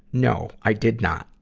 no, i did not.